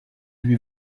lui